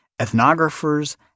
ethnographers